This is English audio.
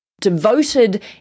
devoted